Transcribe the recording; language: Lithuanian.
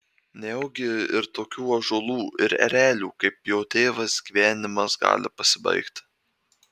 nejaugi ir tokių ąžuolų ir erelių kaip jo tėvas gyvenimas gali pasibaigti